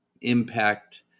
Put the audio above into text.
impact